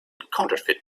counterfeit